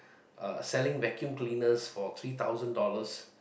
selling vacuum cleaners for three thousand dollars